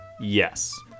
Yes